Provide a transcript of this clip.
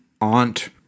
Aunt